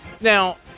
Now